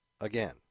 again